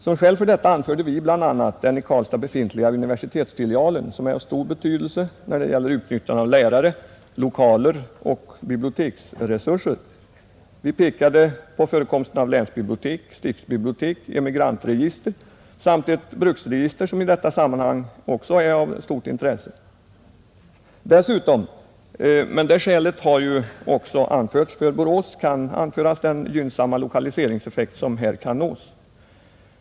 Som skäl för detta anförde vi bl.a. den i Karlstad befintliga universitetsfilialen som är av stor betydelse när det gäller utnyttjande av lärare, lokaler och biblioteksresurser. Vi pekade också på förekomsten av länsbiblioteket, stiftsbiblioteket, emigrantregistret samt ett bruksregister som i detta sammanhang är av stort intresse. Dessutom — men det skälet kan ju anföras också för Borås — nämner vi den gynnsamma lokaliseringseffekt som här kan nås.